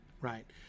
right